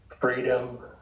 freedom